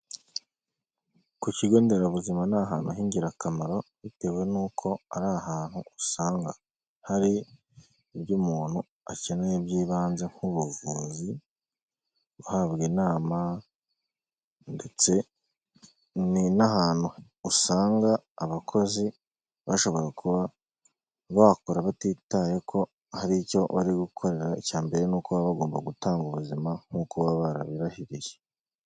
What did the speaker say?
Ku kigo nderabuzima ni ahantu h'ingirakamaro bitewe nuko ari ahantu usanga, hari ibyo umuntu akeneye by'ibanze nk'ubuvuzi, guhabwa inama, ndetse ni n'ahantu usanga abakozi bashobora kuba bakora batitaye ko hari icyo bari gukorera; icya mbere ni uko baba bagomba gutanga ubuzima nk'uko baba barabirahiriye.